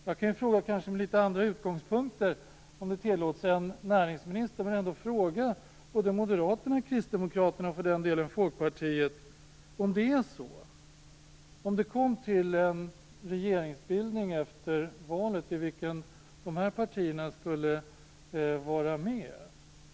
Jag kan kanske ställa en fråga, med litet andra utgångspunkter än näringsministern om det tillåts, till både Moderaterna och Kristdemokraterna och för den delen även Folkpartiet. Låt oss säga att det efter valet bildades en regering i vilken de partierna var med.